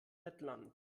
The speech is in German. lettland